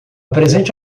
presente